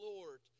Lord